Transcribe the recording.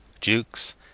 Jukes